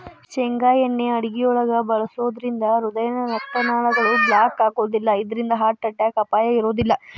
ಶೇಂಗಾ ಎಣ್ಣೆ ಅಡುಗಿಯೊಳಗ ಬಳಸೋದ್ರಿಂದ ಹೃದಯದ ರಕ್ತನಾಳಗಳು ಬ್ಲಾಕ್ ಆಗೋದಿಲ್ಲ ಇದ್ರಿಂದ ಹಾರ್ಟ್ ಅಟ್ಯಾಕ್ ಅಪಾಯ ಇರೋದಿಲ್ಲ